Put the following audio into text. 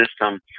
System